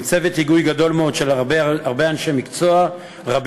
עם צוות היגוי גדול מאוד של הרבה אנשי מקצוע רבים